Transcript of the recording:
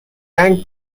جنگ